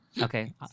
Okay